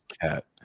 cat